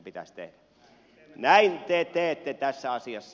näin te teette tässä asiassa